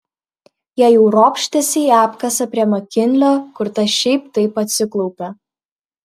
jie jau ropštėsi į apkasą prie makinlio kur tas šiaip taip atsiklaupė